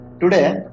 today